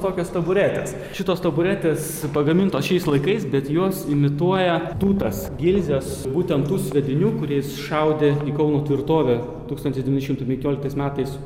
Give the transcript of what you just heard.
tokios taburetės šitos taburetės pagamintos šiais laikais bet jos imituoja tūtas gilzes būtent tų sviedinių kuriais šaudė į kauno tvirtovę tūkstantis devyni šimtai penkioliktais metais